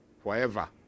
forever